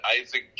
Isaac